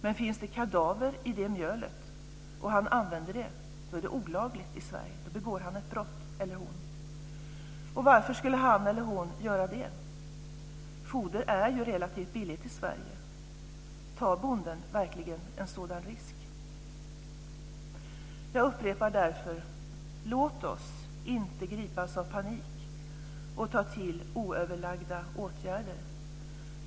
Men finns det kadaver i det mjölet och han använder det är det olagligt i Sverige. Då begår han eller hon ett brott. Och varför skulle han eller hon göra det? Foder är ju relativt billigt i Sverige. Tar bonden verkligen en sådan risk? Jag upprepar därför: Låt oss inte gripas av panik och ta till oöverlagda åtgärder.